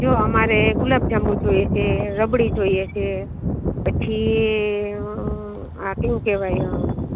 જો અમારે ગુલાબજાંબુ જોઈએ છે રબડી જોઈએ છે પછી આ કયું કહેવાય અં